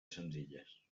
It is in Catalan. senzilles